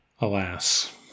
Alas